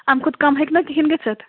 اَمہِ کھۅتہٕ کَم ہٮ۪کہِ نا کِہیٖنٛۍ گٔژھِتھ